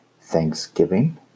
Thanksgiving